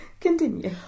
Continue